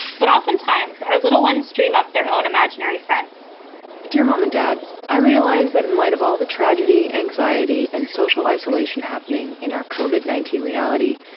but oftentimes our little ones stream up their own imaginary friends dear mom and dad, i realize that in light of all the tragedy, anxiety and social isolation happening in our covered nineteen reality,